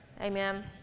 Amen